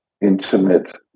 intimate